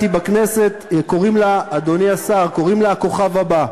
בכנסת, קוראים לה, אדוני השר, "הכוכב הבא".